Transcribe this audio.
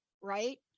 right